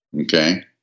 Okay